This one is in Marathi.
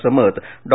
असं मत डॉ